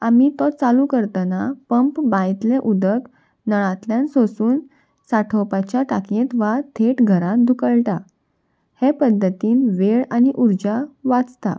आमी तो चालू करतना पंप बांयतलें उदक नळांतल्यान सोसून सांठोवपाच्या टाकयेंत वा थेट घरांत धुकळटा हे पद्दतीन वेळ आनी उर्जा वाचता